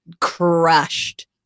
crushed